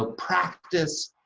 ah practice